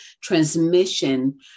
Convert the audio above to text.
transmission